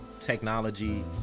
technology